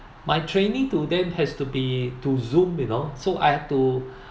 my training to them has to be through zoom you know so I have to